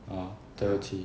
orh 对不起